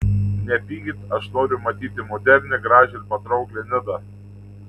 nepykit aš noriu matyti modernią gražią ir patrauklią nidą